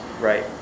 right